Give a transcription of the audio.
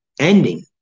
ending